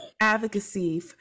advocacy